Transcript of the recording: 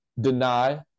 deny